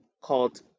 called